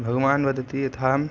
भगवान् वदति यथा